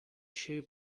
shoe